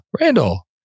Randall